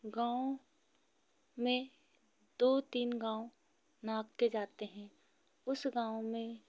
गाँव में दो तीन गाँव नाप कर जाते हैं उस गाँव में